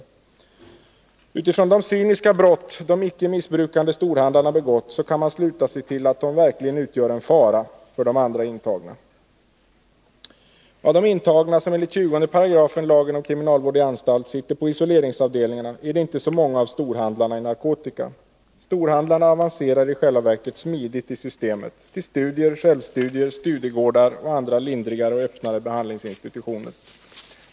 Med tanke på de cyniska brott som de icke missbrukande storhandlarna har begått kan man sluta sig till att de verkligen utgör en fara för andra intagna. Bland de intagna som enligt 20 § lagen om kriminalvård i anstalt sitter på isoleringsavdelningarna är inte så många storhandlare i narkotika. Storhandlarna avancerar i själva verket smidigt i systemet — till studier, självstudier, studiegårdar och andra lindrigare och öppnare behandlingsinstitutioner.